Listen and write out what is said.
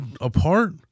apart